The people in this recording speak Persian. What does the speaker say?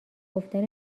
گفتن